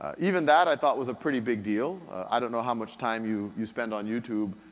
even that, i thought, was a pretty big deal. i don't ah how much time you you spend on youtube,